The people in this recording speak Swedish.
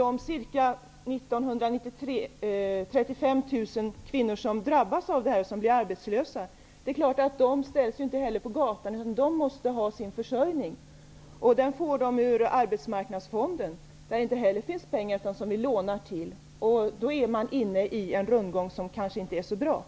De ca 35 000 kvinnor som 1993 drabbas av den här åtgärden och blir arbetslösa -- de ställs naturligtvis inte på gatan, utan de måste ha sin försörjning. Och den försörjningen får de ur arbetsmarknadsfonden. Där finns det inte heller pengar, utan vi måste låna till den utgiften. Då är man inne i en rundgång som kanske inte är så bra.